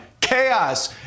Chaos